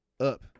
Up